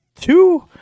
two